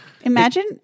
Imagine